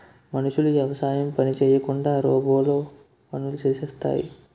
మనుషులు యవసాయం పని చేయకుండా రోబోలే పనులు చేసేస్తాయి